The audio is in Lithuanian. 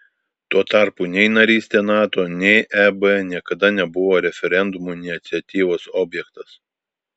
tuo tarpu nei narystė nato nei eb niekada nebuvo referendumų iniciatyvos objektas